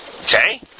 Okay